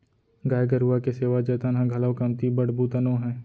गाय गरूवा के सेवा जतन ह घलौ कमती बड़ बूता नो हय